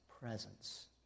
presence